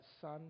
son